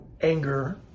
Anger